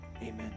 amen